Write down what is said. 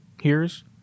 hears